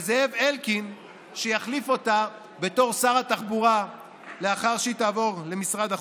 וזאב אלקין שיחליף אותה בתור שר התחבורה לאחר שהיא תעבור למשרד החוץ.